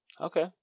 Okay